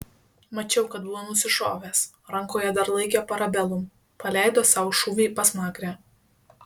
mačiau kad buvo nusišovęs rankoje dar laikė parabellum paleido sau šūvį į pasmakrę